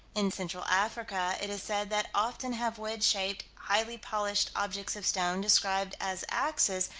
in central africa, it is said that often have wedge-shaped, highly polished objects of stone, described as axes,